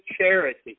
charity